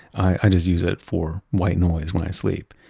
i just use it for white noise when i sleep.